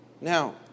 Now